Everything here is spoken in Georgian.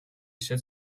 ისე